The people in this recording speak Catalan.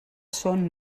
són